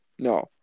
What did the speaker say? No